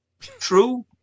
True